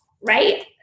right